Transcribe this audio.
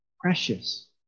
precious